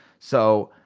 so,